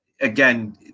again